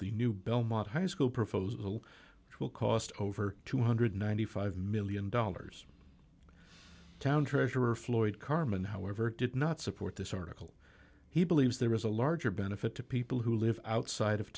the new belmont high school proposal which will cost over two hundred and ninety five million dollars town treasurer floyd carmen however did not support this article he believes there is a larger benefit to people who live outside of